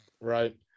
right